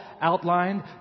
outlined